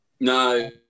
No